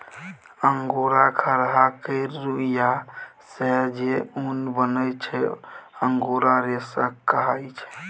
angora खरहा केर रुइयाँ सँ जे उन बनै छै अंगोरा रेशा कहाइ छै